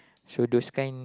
so those kind